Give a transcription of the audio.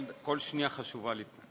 כל שנייה חשובה לי.